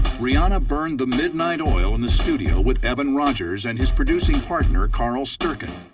rihanna burned the midnight oil in the studio with evan rogers and his producing partner carl sturken.